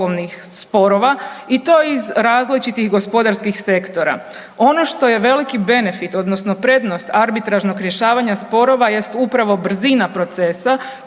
poslovnih sporova i to iz različitim gospodarskih sektora. Ono što je veliki benefit odnosno prednost arbitražnog rješavanja sporova jest upravo brzina procesa